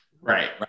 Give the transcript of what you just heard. right